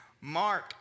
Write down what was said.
Mark